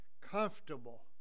comfortable